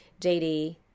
jd